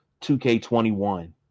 2k21